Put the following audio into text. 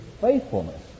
faithfulness